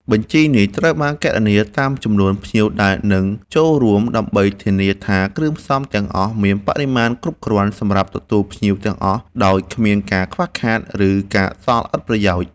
បញ្ជីនេះត្រូវបានគណនាតាមចំនួនភ្ញៀវដែលនឹងចូលរួម ដើម្បីធានាថាគ្រឿងផ្សំទាំងអស់មានបរិមាណគ្រប់គ្រាន់សម្រាប់ទទួលភ្ញៀវទាំងអស់ដោយគ្មានការខ្វះខាត ឬការសល់ឥតប្រយោជន៍